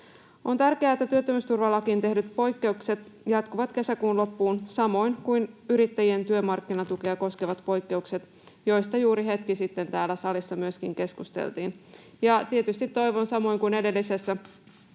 On tärkeää, että työttömyysturvalakiin tehdyt poikkeukset jatkuvat kesäkuun loppuun samoin kuin yrittäjien työmarkkinatukea koskevat poikkeukset, joista myöskin juuri hetki sitten täällä salissa keskusteltiin. Ja tietysti toivon samoin kuin edellisessä